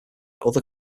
other